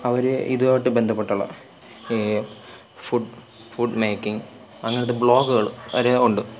അവരെ ഇതുമായിട്ട് ബന്ധപ്പെട്ടുള്ള ഈ ഫുഡ് ഫുഡ് മേക്കിങ് അങ്ങനത്തെ ബ്ലോഗുകള് കാര്യങ്ങളും ഉണ്ട്